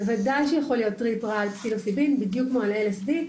בוודאי שיכול להיות טריפ רע על פסילוציבין בדיוק כמו על LSD,